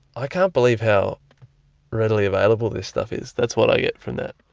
i can't believe how readily available this stuff is. that's what i get from that.